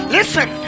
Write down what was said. Listen